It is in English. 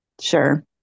Sure